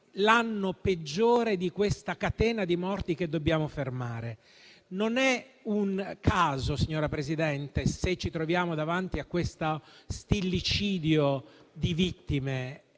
il peggiore di questa catena di morti che dobbiamo fermare. Non è un caso, signora Presidente, se ci troviamo davanti a questo stillicidio di vittime.